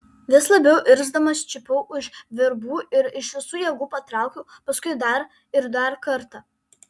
vis labiau irzdamas čiupau už virbų ir iš visų jėgų patraukiau paskui dar ir dar kartą